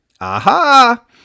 Aha